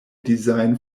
design